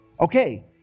Okay